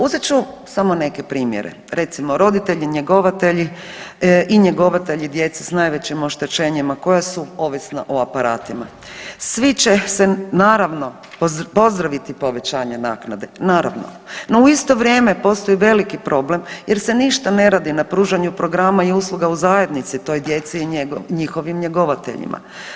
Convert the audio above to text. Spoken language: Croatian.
Uzet ću samo neke primjere, recimo, roditelji-njegovatelji i njegovatelji djece s najvećim oštećenjima koja su ovisna o aparatima, svi će se naravno, pozdraviti povećanje naknade, naravno, no u isto vrijeme postoji veliki problem jer se ništa ne radi na pružanju programa i usluga u zajednici toj djeci i njihovim njegovateljima.